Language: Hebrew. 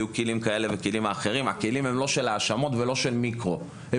הכלים שאנחנו מנסים ליצור פה הם לא של האשמות ולא של מיקרו אלא